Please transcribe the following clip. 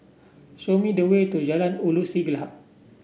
show me the way to Jalan Ulu Siglap